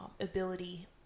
ability